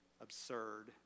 absurd